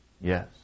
Yes